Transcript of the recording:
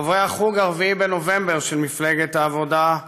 חברי חוג 4 בנובמבר של מפלגת העבודה,